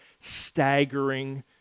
staggering